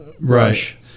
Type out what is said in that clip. rush